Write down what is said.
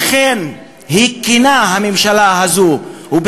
אכן הממשלה הזאת תקינה,